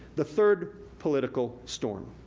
the third political storm,